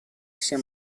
sia